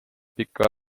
pikka